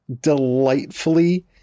delightfully